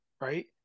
Right